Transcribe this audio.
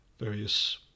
various